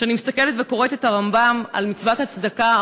כשאני מסתכלת וקוראת את דברי הרמב"ם על מצוות הצדקה,